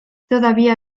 todavía